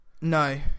No